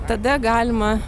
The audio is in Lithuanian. tada galima